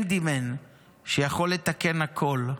הנדימן שיכול לתקן הכול,